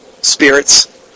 spirits